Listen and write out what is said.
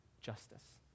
justice